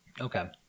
Okay